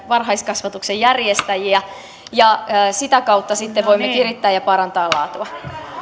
varhaiskasvatuksen järjestäjiä ja sitä kautta sitten voimme kirittää ja parantaa laatua